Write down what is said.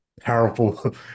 powerful